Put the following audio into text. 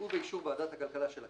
ובאישור ועדת הכלכלה של הכנסת,